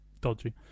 dodgy